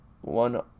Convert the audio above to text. one